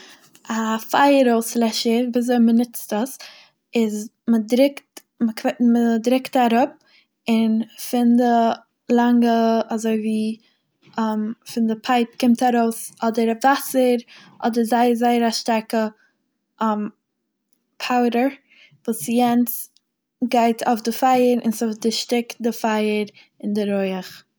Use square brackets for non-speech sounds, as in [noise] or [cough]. א פייער אויסלעשער ווי אזוי מ'נוצט עס איז מ'דרוקט מ'קווע- מ'דרוקט אראפ און פון די לאנגע אזוי ווי [hesitation] פון די פייפ קומט ארויס אדער וואסער אדער זייער זייער א שטארקע [hesitation] פאודער וואס יענץ גייט אויף די פייער און ס'דערשטיקט די פייער און די רויעך.